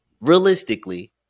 realistically